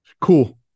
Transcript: cool